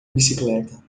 bicicleta